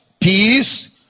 peace